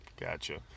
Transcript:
Gotcha